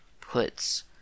puts